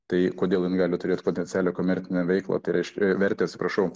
tai kodėl jinai gali turėt potencialią komercinę veiklą tai reiškia vertę atsiprašau